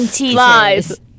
Lies